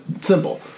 simple